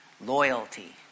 loyalty